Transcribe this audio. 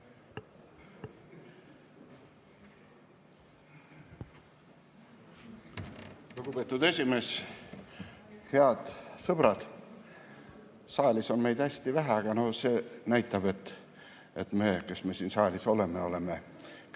Lugupeetud esimees! Head sõbrad! Saalis on meid hästi vähe, aga see näitab, et [vähemalt] meie, kes me siin saalis oleme, oleme kõik